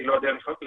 אני לא יודע בכמה